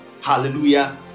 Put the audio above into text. hallelujah